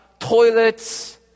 toilets